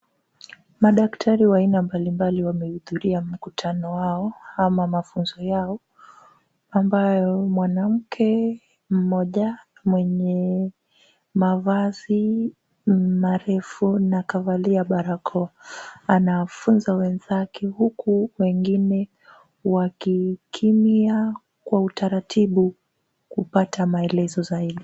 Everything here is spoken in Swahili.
Madaktari wa aina mbalimbali wamehudhuria mkutano wao ama mafunzo yao, ambayo mwanamke mmoja mwenye mavazi marefu na akavalia barakoa, anawafunza wenzake huku wengine wakikimya kwa utaratibu kupata maelezo zaidi.